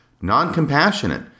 non-compassionate